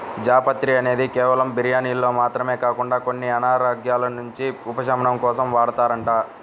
జాపత్రి అనేది కేవలం బిర్యానీల్లో మాత్రమే కాకుండా కొన్ని అనారోగ్యాల నుంచి ఉపశమనం కోసం వాడతారంట